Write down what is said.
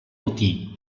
botí